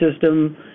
system